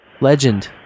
Legend